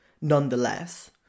nonetheless